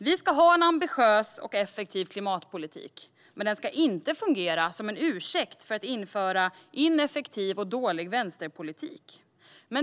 Vi ska ha en ambitiös och effektiv klimatpolitik, men den ska inte fungera som en ursäkt för att införa ineffektiv och dålig vänsterpolitik.